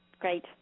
Great